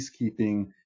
peacekeeping